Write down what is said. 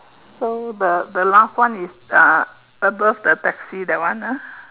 so the the last one is uh above the taxi that one ah